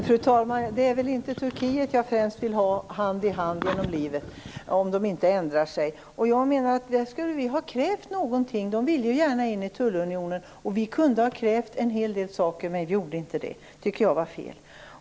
Fru talman! Det är väl inte Turkiet jag främst vill gå hand i hand med genom livet, om man inte ändrar sig. Jag menar att vi skulle ha krävt någonting. De ville gärna in i tullunionen, och vi kunde ha krävt en hel del saker, men vi gjorde inte det. Det tycker jag var fel.